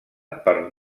per